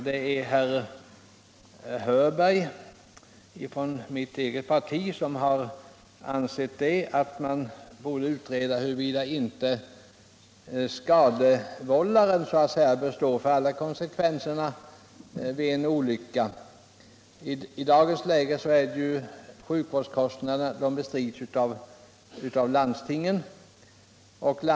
Det är herr Hörberg från mitt eget parti som har ansett att man borde utreda huruvida inte ”skadevållaren” bör ta alla konsekvenserna av en olycka. I dagens läge bestrids sjukvårdskostnaderna av landstingen.